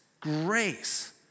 grace